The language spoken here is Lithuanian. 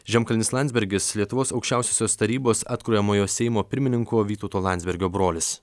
žemkalnis landsbergis lietuvos aukščiausiosios tarybos atkuriamojo seimo pirmininko vytauto landsbergio brolis